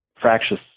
fractious